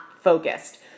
focused